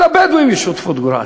גם לבדואים יש שותפות גורל,